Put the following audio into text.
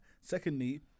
secondly